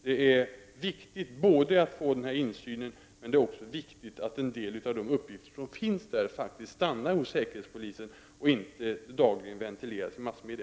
Det är viktigt både att få denna insyn och att en del av uppgifterna faktiskt stannar hos säkerhetspolisen och inte dagligen ventileras i massmedia.